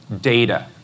data